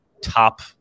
top